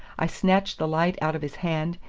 i snatched the light out of his hand,